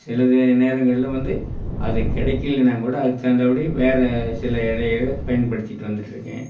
சில நேரங்கள்ல வந்து அது கிடைக்கிலன்னா கூட அதுக்கு தகுந்தாபடி வேறு சில இலைய பயன்படுத்திகிட்டு வந்துட்டிருக்கேன்